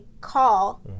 call